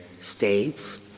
states